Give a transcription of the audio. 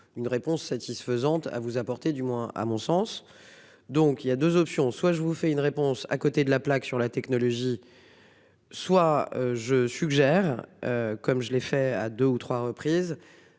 une réponse satisfaisante à vous apporter du moins à mon sens, donc il y a 2 options, soit je vous fais une réponse. À côté de la plaque sur la technologie. Soit je suggère, comme je l'ai fait à 2 ou 3 reprises